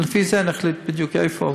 ולפי זה נחליט בדיוק איפה,